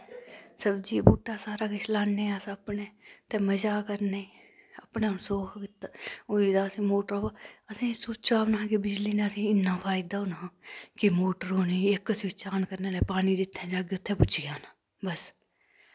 सब्जी बूह्टा सारा किश लान्ने अस अपने ते मजा करने अपनै हून सुख होई दा असें मोटर व असैं सोचा नेंहा के बिजली नै असें इन्ना फायदा होना हा कि मोटर औंनी इक सुच्च आन करनै नै पानी जित्थें चाह्गै उत्थें पुज्जी जाना बस